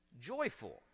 joyful